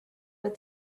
with